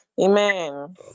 Amen